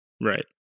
right